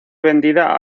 vendida